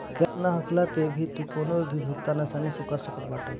cash ना होखला पअ भी तू कवनो भी भुगतान आसानी से कर सकत बाटअ